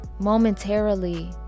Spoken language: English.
momentarily